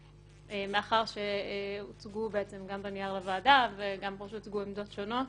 ומאחר שהוצגו גם בנייר לוועדה וגם פה עמדות שונות,